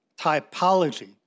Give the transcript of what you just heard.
typology